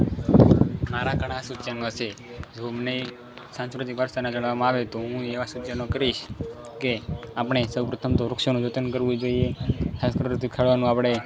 મારા ઘણા સૂચનો છે સાંસ્કૃતિક ભાષાને ગણવામાં આવે તો હુ એવા સૂચનો કરીશ કે આપણે સૌ પ્રથમ તો વૃક્ષોનું જતન કરવું જોઈએ સાંસ્કૃતિક સ્થળોનું આપણે